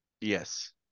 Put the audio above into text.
yes